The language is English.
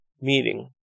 meeting